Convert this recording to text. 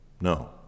No